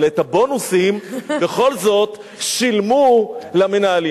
אבל את הבונוסים בכל זאת שילמו למנהלים.